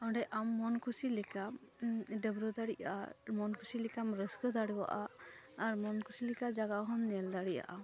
ᱚᱸᱰᱮ ᱟᱢ ᱢᱚᱱ ᱠᱩᱥᱤᱞᱮᱠᱟ ᱰᱟᱹᱵᱽᱨᱟ ᱫᱟᱲᱮᱜᱼᱟ ᱢᱚᱱ ᱠᱩᱥᱤᱞᱮᱠᱟᱢ ᱨᱟᱹᱥᱠᱟᱹ ᱫᱟᱲᱮᱣᱟᱜᱼᱟ ᱟᱨ ᱢᱚᱱ ᱠᱩᱥᱤ ᱞᱮᱠᱟ ᱡᱟᱜᱟᱦᱚᱸᱢ ᱧᱮᱞ ᱫᱟᱲᱮᱭᱟᱜᱼᱟ